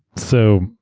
so,